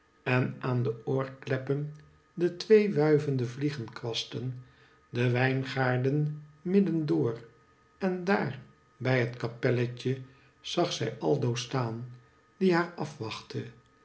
en aan de oorkleppen de twee wuivende vliegenkwasten de wijngaarden midden door en dair bij het kapelletje zag zij aldo staan die haar afwachtte